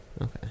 Okay